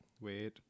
Wait